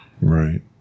Right